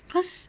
cause